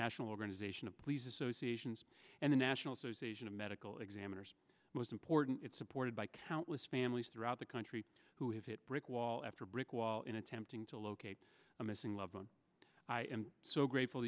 organization of police associations and the national association of medical examiners most important it's supported by countless families throughout the country who have hit brick wall after brick wall in attempting to locate a missing loved one i am so grateful